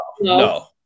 no